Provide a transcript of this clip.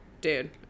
Dude